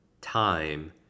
time